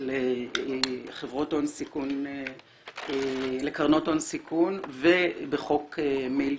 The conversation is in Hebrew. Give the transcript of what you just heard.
לחברות ולקרנות הון סיכון ובחוק מילצ'ן.